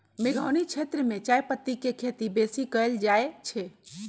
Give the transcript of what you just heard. मेघौनी क्षेत्र में चायपत्ति के खेती बेशी कएल जाए छै